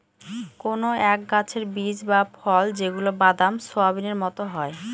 কোনো এক গাছের বীজ বা ফল যেগুলা বাদাম, সোয়াবিনের মতো হয়